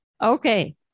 Okay